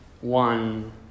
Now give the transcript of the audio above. one